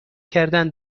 کردن